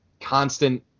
constant